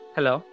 Hello